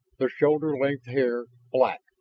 their shoulder-length hair black.